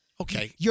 Okay